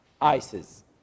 ISIS